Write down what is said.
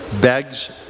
begs